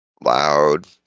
loud